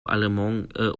allemande